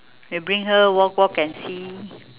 bring her walk walk and see